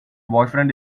boyfriend